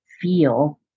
feel